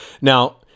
Now